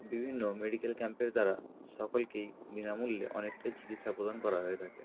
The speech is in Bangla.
বিভিন্ন মেডিকেল ক্যাম্পের দ্বারা সকলকেই বিনামূল্যে অনেককে চিকিৎসা প্রদান করা হয়ে থাকে